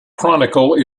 chronicle